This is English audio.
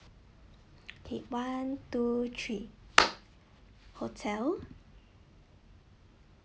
okay one two three hotel